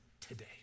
today